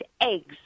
eggs